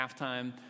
halftime